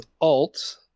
Alt